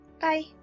Bye